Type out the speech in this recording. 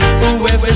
whoever